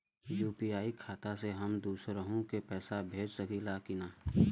UPI खाता से हम दुसरहु के पैसा भेज सकीला की ना?